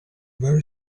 very